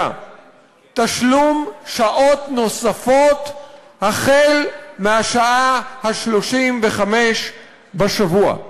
ותשלום שעות נוספות החל בשעה ה-35 בשבוע.